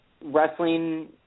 wrestling